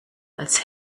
als